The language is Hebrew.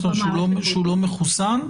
בשביל זה לא צריך שהוא לא מחוסן?